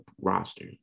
roster